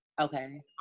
okay